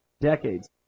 decades